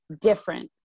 different